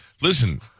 Listen